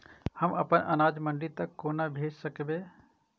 हम अपन अनाज मंडी तक कोना भेज सकबै?